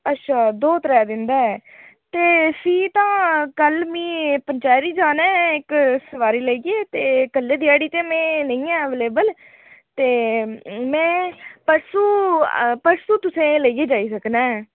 अच्छा दौ त्रै दिन दा ऐ ते फ्ही तां कल्ल में पंचैरी जाना ऐं इक सवारी लेइयै ते कल्लै दी ध्याड़ी में निं ऐं अवेलेबल ते में परसूं परसूं तुसें ई लेइयै जाई सकना ऐं